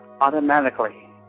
automatically